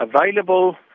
available